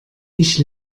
ich